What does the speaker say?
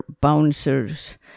bouncers